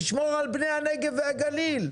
תשמור על בני הנגב והגליל.